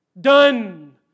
Done